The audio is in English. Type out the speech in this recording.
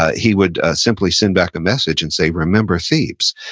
he would simply send back a message and say, remember thebes.